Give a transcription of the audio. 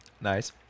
Nice